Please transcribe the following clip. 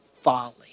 folly